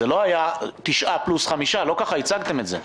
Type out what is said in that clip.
זה לא היה תשעה פלוס חמישה, לא כך הצגתם את זה.